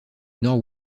nord